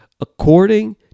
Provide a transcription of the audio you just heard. according